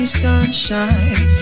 sunshine